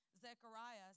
Zechariah